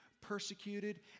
persecuted